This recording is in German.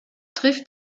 trifft